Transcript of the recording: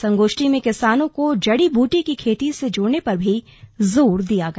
संगोष्ठी में किसानों को जड़ी बूटी की खेती से जोड़ने पर भी जोर दिया गया